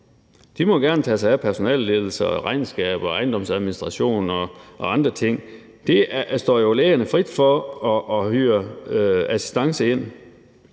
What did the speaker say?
De må gerne tage sig af personaleledelse, regnskaber og ejendomsadministration og andre ting, det står jo lægerne frit for at hyre assistance ind.